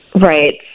Right